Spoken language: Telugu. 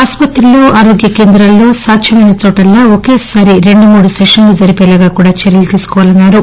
ఆసుపత్రుల్లో ఆరోగ్య కేంద్రాల్లో సాధ్యమైన చోటల్లా ఒకేసారి రెండు మూడు సెషన్లు జరిపేలాగా కూడా చర్య లు తీసుకోవాలన్నారు